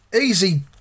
Easy